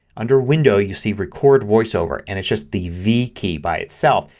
under window you'll see record voiceover. and it's just the v key by itself.